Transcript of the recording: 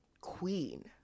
queen